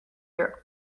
your